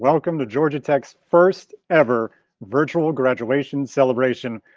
welcome to georgia tech's first ever virtual graduation celebration.